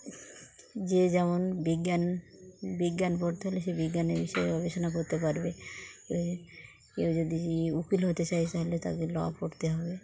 যে যেমন বিজ্ঞান বিজ্ঞান পড়তে হলে সে বিজ্ঞানের বিষয়ে গবেষণা করতে পারবে কেউ যদি উকিল হতে চায় তাহলে তাকে ল পড়তে হবে